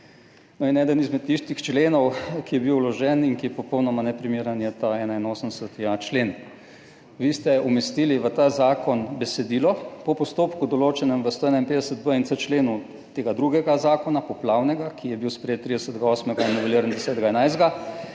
146. Eden izmed tistih členov, ki je bil vložen in ki je popolnoma neprimeren, je ta 81.a člen. Vi ste umestili v ta zakon besedilo: po postopku, določenem v 151.b in 151.c členu tega drugega zakona, poplavnega, ki je bil sprejet 30. 8.